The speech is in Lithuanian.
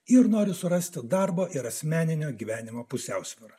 ir noriu surasti darbo ir asmeninio gyvenimo pusiausvyrą